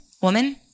Woman